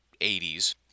80s